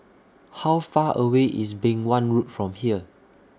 How Far away IS Beng Wan Road from here